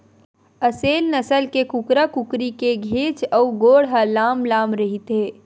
असेल नसल के कुकरा कुकरी के घेंच अउ गोड़ ह लांम लांम रहिथे